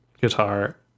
guitar